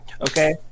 Okay